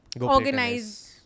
organize